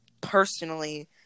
personally